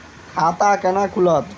खाता केना खुलत?